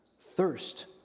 thirst